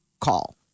call